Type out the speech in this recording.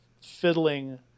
fiddling